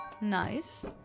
Nice